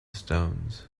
stones